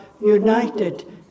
united